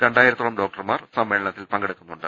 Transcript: രണ്ടായിരത്തോളം ഡോക്ടർമാർ സമ്മേളനത്തിൽ പങ്കെടുക്കുന്നുണ്ട്